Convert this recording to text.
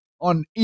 on